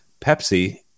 Pepsi